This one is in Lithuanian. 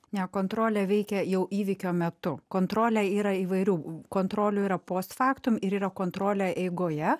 ne kontrolė veikia jau įvykio metu kontrolė yra įvairių kontrolių yra post factum yra kontrolė eigoje